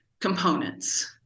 components